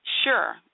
Sure